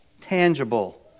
tangible